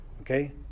Okay